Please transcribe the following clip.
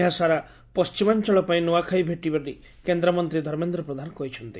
ଏହା ସାରା ପଣ୍ଟିମାଞଳ ପାଇଁ ନ୍ଆଁଖାଇ ଭେଟି ବୋଲି କେନ୍ଦ୍ରମନ୍ତୀ ଧର୍ମେନ୍ଦ୍ର ପ୍ରଧାନ କହିଛନ୍ତି